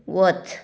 वच